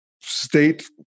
state